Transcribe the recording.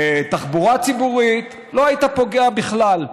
תחבורה ציבורית, לא היית פגוע בכלל.